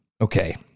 okay